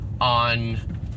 on